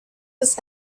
was